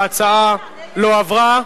ההצעה לא עברה.